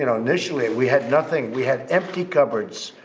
you know initially, we had nothing. we had empty cupboards.